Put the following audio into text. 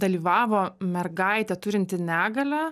dalyvavo mergaitė turinti negalią